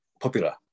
popular